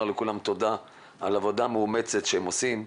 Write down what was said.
לכולם תודה על העבודה המאומצת שהם עושים,